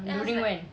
during when